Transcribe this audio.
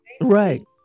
Right